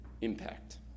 impact